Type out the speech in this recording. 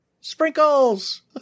Sprinkles